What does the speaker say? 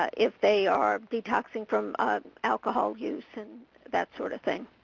if they are detoxing from alcohol use and that sort of thing.